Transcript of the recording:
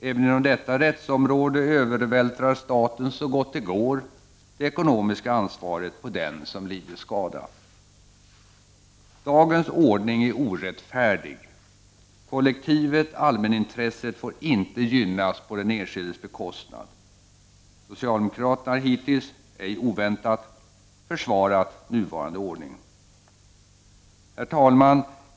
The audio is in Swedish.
Även inom detta rättsområde övervältrar staten så gott det går det ekonomiska ansvaret på den som lidit skada. Dagens ordning är orättfärdig. Kollektivet, allmänintresset, får inte gynnas på den enskildes bekostnad. Socialdemokraterna har hittills, ej oväntat, försvarat nuvarande ordning. Herr talman!